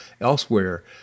elsewhere